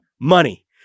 money